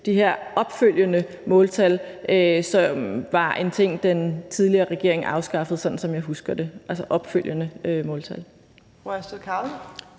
de her opfølgende måltal, som var en ting, den tidligere regering afskaffede, sådan som jeg husker det – altså de opfølgende måltal.